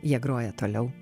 jie groja toliau